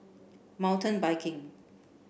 Mountain Biking